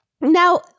Now